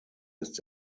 ist